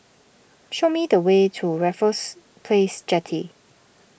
show me the way to Raffles Place Jetty